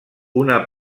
una